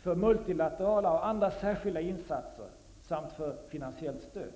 för multilaterala och andra särskilda insatser samt för finansiellt stöd.